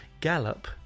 gallop